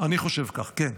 אני חושב כך, כן.